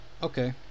Okay